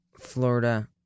Florida